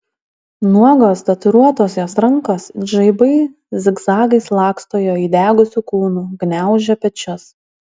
nuogos tatuiruotos jos rankos it žaibai zigzagais laksto jo įdegusiu kūnu gniaužia pečius